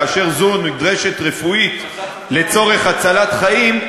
כאשר זו נדרשת רפואית לצורך הצלת חיים,